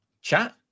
Chat